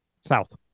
South